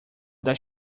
does